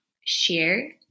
share